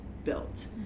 built